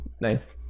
nice